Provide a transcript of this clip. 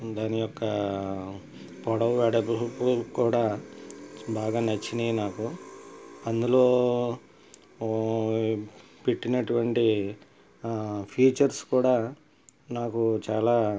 దాని యొక్క పొడవు వెడల్పు కూడా బాగా నచ్చినాయి నాకు అందులో పెట్టినటువంటి ఫీచర్స్ కూడా నాకు చాలా